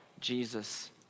Jesus